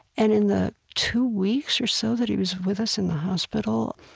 and in the two weeks or so that he was with us in the hospital,